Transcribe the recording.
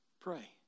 pray